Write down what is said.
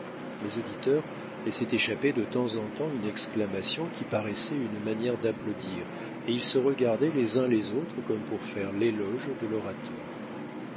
les auditeurs laissaient échapper de temps en temps une exclamation qui paraissait une manière d'applaudir et ils se regardaient les uns les autres comme pour faire l'éloge de l'orateur